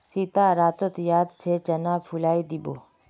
सीता रातोत याद से चना भिगइ दी बो